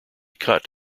cut